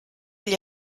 gli